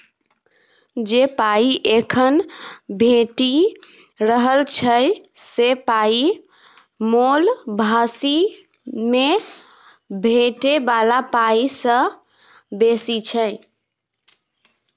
जे पाइ एखन भेटि रहल से पाइक मोल भबिस मे भेटै बला पाइ सँ बेसी छै